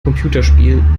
computerspiel